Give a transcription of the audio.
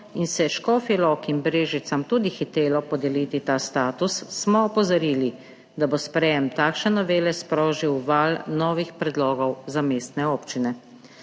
in se je Škofji Loki in Brežicam tudi hitelo podeliti ta status, smo opozorili, da bo sprejem takšne novele sprožil val novih predlogov za mestne občine.